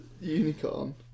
Unicorn